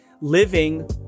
living